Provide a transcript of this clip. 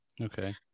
Okay